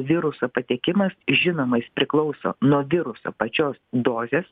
viruso patekimas žinoma jis priklauso nuo viruso pačios dozės